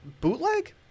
bootleg